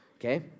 Okay